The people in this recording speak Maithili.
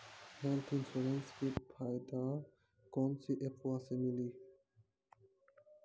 हेल्थ इंश्योरेंसबा के फायदावा कौन से ऐपवा पे मिली?